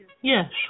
Yes